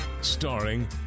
starring